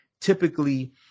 typically